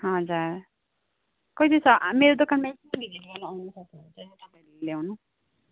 हजुर कहिले स मेरो दोकनमा एकचोटि भिजिट गर्नु आउनु सक्नुहुन्छ